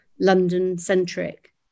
London-centric